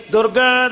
Durga